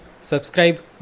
subscribe